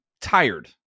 tired